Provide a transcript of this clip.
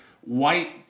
white